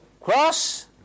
cross